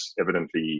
evidently